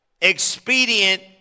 expedient